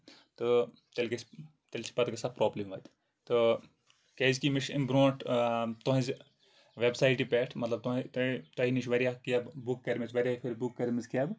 تہٕ تیٚلہِ گژھِ تیٚلہِ چھِ پَتہٕ گژھان برابلِم وَتہِ تہٕ کیازِ کہِ مےٚ چھُ اَمہِ برونٛٹھ تُہنٛزِ ویب سایٹہِ پٮ۪ٹھ مطلب تۄہہِ نِش واریاہ کیبہٕ بُک کٔرِمَژٕ واریاہ کٲلۍ بُک کٔرمژ کیبہٕ